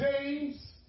James